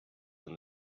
than